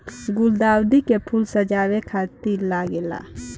गुलदाउदी के फूल सजावे खातिर लागेला